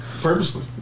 Purposely